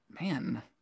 man